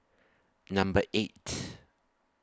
Number eight